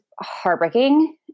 heartbreaking